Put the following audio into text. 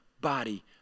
body